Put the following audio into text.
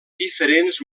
diferents